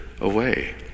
away